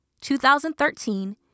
2013